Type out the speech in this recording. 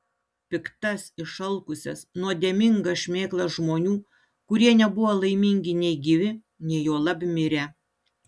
piktas išalkusias nuodėmingas šmėklas žmonių kurie nebuvo laimingi nei gyvi nei juolab mirę